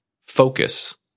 focus